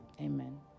Amen